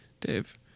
Dave